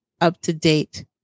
up-to-date